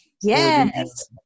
yes